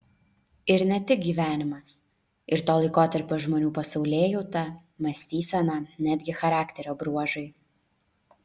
ir ne tik gyvenimas ir to laikotarpio žmonių pasaulėjauta mąstysena netgi charakterio bruožai